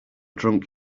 drunk